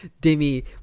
Demi